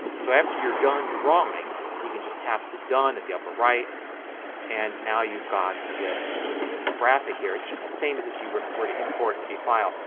so after you're done drawing you can just tap the done at the upper right and now you've got this graphic here. it's just the same as if you were were to import a file.